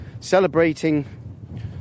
Celebrating